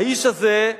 האיש הזה,